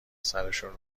سرشون